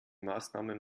maßnahmen